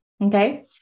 okay